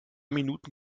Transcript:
minuten